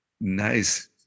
Nice